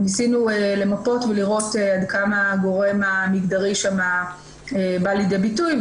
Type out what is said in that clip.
וניסינו למפות ולראות עד כמה הגורם המגדרי שם בא לידי ביטוי.